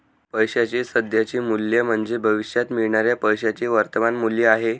पैशाचे सध्याचे मूल्य म्हणजे भविष्यात मिळणाऱ्या पैशाचे वर्तमान मूल्य आहे